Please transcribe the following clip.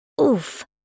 Oof